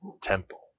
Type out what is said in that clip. temple